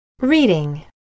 Reading